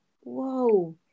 whoa